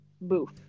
Boof